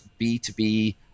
B2B